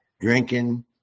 drinking